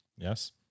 yes